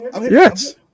Yes